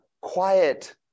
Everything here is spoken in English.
quiet